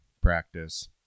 practice